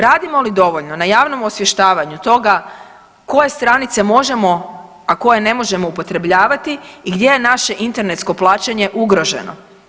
Radimo li dovoljno na javnom osvještavanju toga koje stranice možemo, a koje ne možemo upotrebljavati i gdje je naše internetsko plaćanje ugroženo?